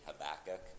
Habakkuk